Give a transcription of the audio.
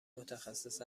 متخصص